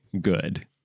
good